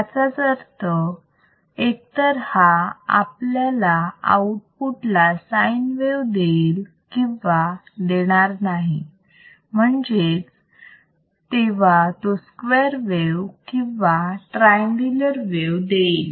याचाच अर्थ एक तर हा आपल्याला आउटपुट ला साईन वेव देईल किंवा देणार नाही म्हणजे तेव्हा तो स्क्वेअर वेव किंवा ट्रायअंगुलर वेव देईल